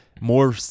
more